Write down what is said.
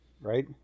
right